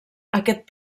aquest